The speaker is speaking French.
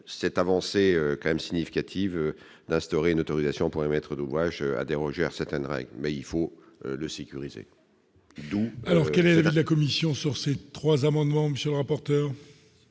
quand même significative d'instaurer une autorisation pour les maîtres d'ouvrage à déroger à certaines règles, mais il faut le sécuriser. Alors quelle est la commission sur ces 3 amendements, monsieur le rapporteur.